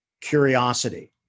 curiosity